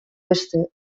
beste